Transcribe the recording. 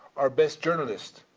our best journalist,